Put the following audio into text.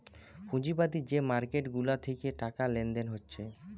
পুঁজিবাদী যে মার্কেট গুলা থিকে টাকা লেনদেন হচ্ছে